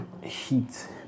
heat